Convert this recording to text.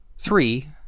Three